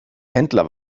händler